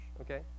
okay